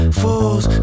fool's